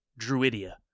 Druidia